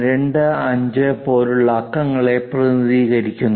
25 പോലുള്ള അക്കങ്ങളെ പ്രതിനിധീകരിക്കുന്നു